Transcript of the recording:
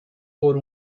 por